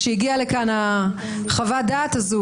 כשהגיעה לכאן חוות-הדעת הזאת,